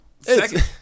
Second